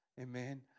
Amen